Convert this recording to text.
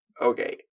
Okay